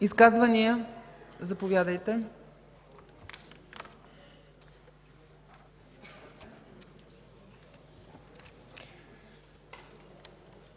Изказвания? Заповядайте,